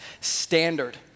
standard